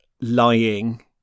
lying